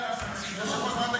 --- מה אתה אומר?